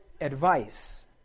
advice